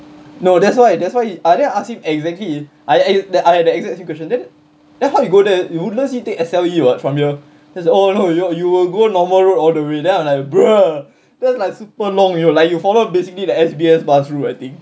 no that's why that's why I never ask him exactly I had the exact same question then then how you go there you woodlands you take S_L_E what from here then he's like oh no you you you will go normal road all the way then I'm like bro that's like super long you know like you followed basically the S_B_S bus route I think